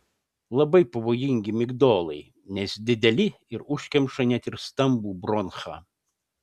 labai pavojingi migdolai nes dideli ir užkemša net ir stambų bronchą